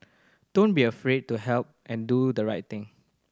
don't be afraid to help and do the right thing